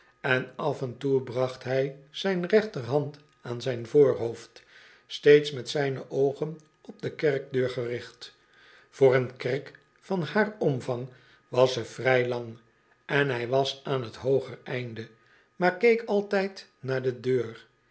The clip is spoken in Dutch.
en af en toe bracht hij zijn rechterhand aan zijn voorhoofd steeds met zijne oogen op de kerkdeur gericht voor een kerk van haar omvang was ze vrij lang en hij was aan t hooger einde maar keek altijd naaide deur